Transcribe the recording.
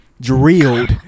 drilled